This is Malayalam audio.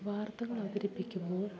വാർത്തകളവതരിപ്പിക്കുമ്പോൾ